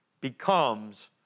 becomes